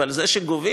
אבל זה שגובים,